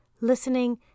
listening